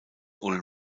ulm